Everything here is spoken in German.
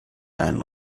einen